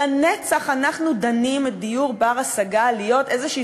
לנצח אנחנו דנים את הדיור בר-ההשגה להיות איזושהי